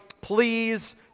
Please